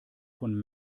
von